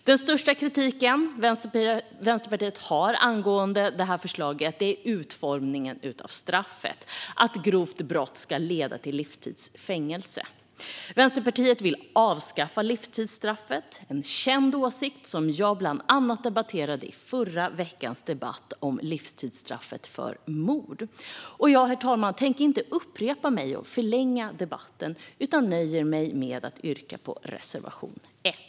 Den största kritiken Vänsterpartiet har angående förslaget är utformningen av straffet, att grovt brott ska leda till livstids fängelse. Vänsterpartiet vill avskaffa livstidsstraffet. Det är en känd åsikt som jag bland annat debatterade i förra veckans debatt om livstidsstraffet för mord. Jag tänker inte upprepa mig och förlänga debatten, herr talman, utan nöjer mig med att yrka bifall till reservation 1.